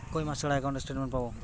কয় মাস ছাড়া একাউন্টে স্টেটমেন্ট পাব?